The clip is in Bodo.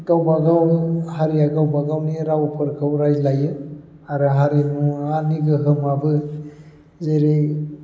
गावबा गाव हारिया गावबा गावनि रावफोरखौ रायज्लायो आरो हारिमुनि गोहोमाबो जेरै